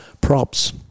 props